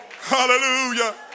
Hallelujah